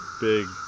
big